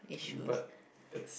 but it's